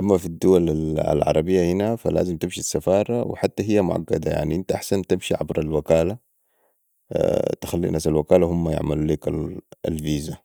أما في الدول العربيه هنا فلازم تمشي السفاره وحتي هي معقده عشان كده أنت احسن تمشي عبر الوكالة تخلي ناس الوكالة هم يعملو ليك الفيزا